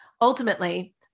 Ultimately